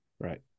Right